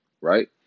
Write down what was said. right